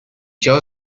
jaw